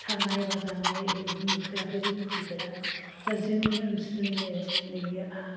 थानाय बा जानाय बेफोरखौ नुफेराखैबो मिथिफेरा दा जोंनि ओनसोलनिनो नैबे